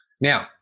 Now